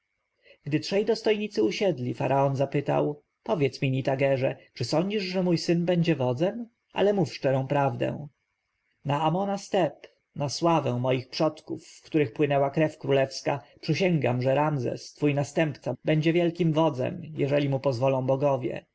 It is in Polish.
gdy trzej dostojnicy usiedli faraon zapytał powiedz mi nitagerze czy sądzisz że mój syn będzie wodzem ale mów szczerą prawdę na amona z teb na sławę moich przodków w których płynęła krew królewska przysięgam że ramzes twój następca będzie wielkim wodzem jeżeli mu pozwolą bogowie